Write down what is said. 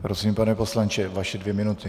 Prosím, pane poslanče, vaše dvě minuty.